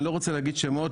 אני לא רוצה להגיד שמות,